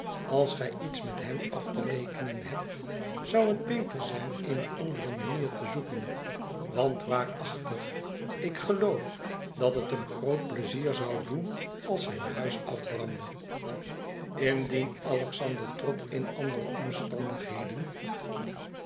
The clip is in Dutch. als gij iets met hem af te rekenen hebt zou het beter zijn eene andere manier te zoeken want waarachtig ik geloof dat het hem groot pleizier zou doen als zijn huis afbrandde indien alexander trott in andere omstandigheden